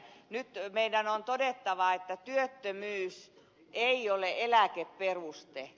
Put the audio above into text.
nyt meidän on todettava että työttömyys ei ole eläkeperuste